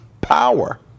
power